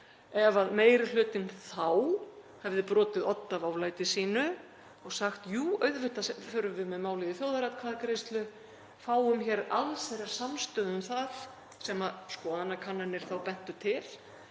ef meiri hlutinn þá hefði brotið odd af oflæti sínu og sagt: Jú, auðvitað förum við með málið í þjóðaratkvæðagreiðslu, fáum allsherjarsamstöðu um það, sem skoðanakannanir þá bentu til,